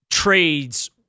trades